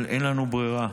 אבל אין לנו ברירה.